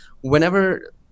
whenever